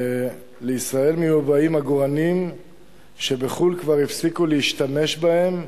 לישראל מיובאים עגורנים שבחוץ-לארץ כבר הפסיקו להשתמש בהם,